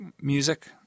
music